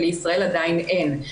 ולישראל עדיין אין.